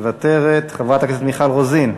מוותרת, חברת הכנסת מיכל רוזין,